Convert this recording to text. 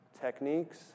techniques